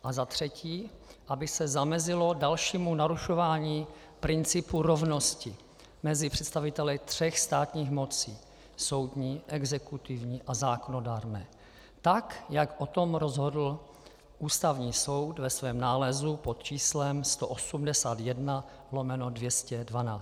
A za třetí, aby se zamezilo dalšímu narušování principu rovnosti mezi představiteli tří státních mocí: soudní, exekutivní a zákonodárné, tak jak o tom rozhodl Ústavní soud ve svém nálezu pod číslem 181/212.